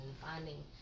Finding